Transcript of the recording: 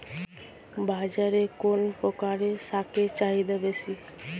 বাজারে কোন প্রকার শাকের চাহিদা বেশী?